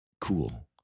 Cool